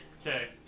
Okay